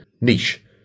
niche